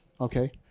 Okay